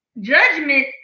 judgment